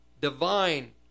divine